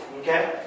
okay